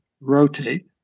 rotate